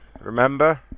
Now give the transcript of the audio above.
Remember